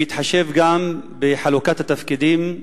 בהתחשב גם בחלוקת התפקידים,